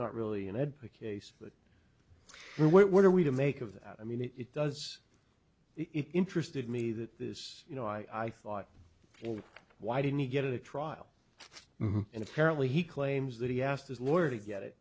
not really an ed case but what are we to make of that i mean it does interested me that is you know i thought why didn't he get a trial and apparently he claims that he asked his lawyer to get it